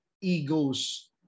egos